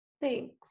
Thanks